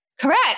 correct